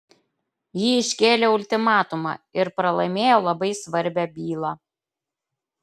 ji iškėlė ultimatumą ir pralaimėjo labai svarbią bylą